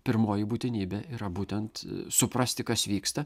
pirmoji būtinybė yra būtent suprasti kas vyksta